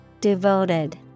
Devoted